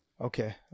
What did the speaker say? Okay